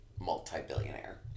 multi-billionaire